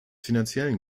finanziellen